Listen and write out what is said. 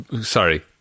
sorry